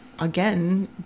again